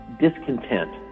discontent